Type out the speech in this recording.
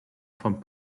vom